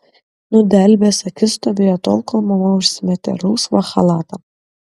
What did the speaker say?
nudelbęs akis stovėjo tol kol mama užsimetė rausvą chalatą